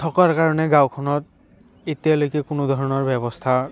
থকাৰ কাৰণে গাঁওখনত এতিয়ালৈকে কোনো ধৰণৰ ব্যৱস্থা